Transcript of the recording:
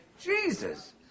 Jesus